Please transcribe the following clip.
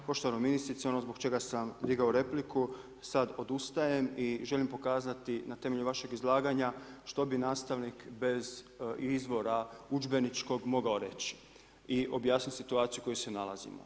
Poštovana ministrice, ono zbog čega sam digao repliku sad odustajem i želim pokazati na temelju vašeg izlaganja što bi nastavnik bez izvora udžbeničkog mogao reći i objasnit situaciju u kojoj se nalazimo.